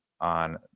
on